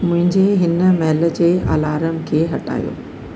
मुंहिंजे हिन महिल जे अलार्म खे हटायो